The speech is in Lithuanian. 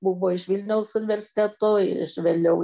buvo iš vilniaus universiteto iš vėliau